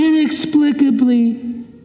inexplicably